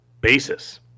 basis